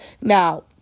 Now